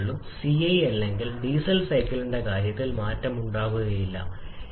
ഒപ്പം ആ പ്രതികരണം എക്സോതെർമിക് ആണ് ചിലത് അധിക ഊർജ്ജം ഉൽപാദിപ്പിക്കുന്നു